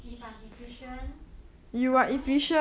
if I'm efficient I don't need